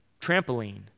trampoline